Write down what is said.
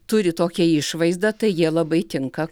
turi tokią išvaizdą tai jie labai tinka